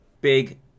Big